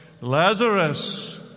Lazarus